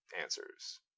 answers